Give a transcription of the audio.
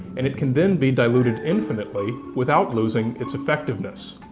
and it can then be diluted infinitely without losing its effectiveness.